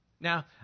Now